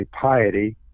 piety